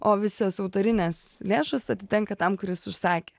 o visos autorinės lėšos atitenka tam kuris užsakė